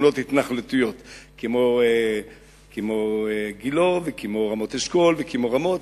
כמו גילה וכמו רמות-אשכול וכמו רמות,